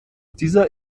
dieser